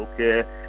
okay